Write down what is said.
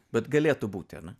bet galėtų būti ar ne